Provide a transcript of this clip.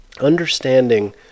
understanding